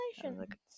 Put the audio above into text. congratulations